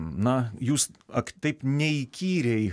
na jūs ak taip neįkyriai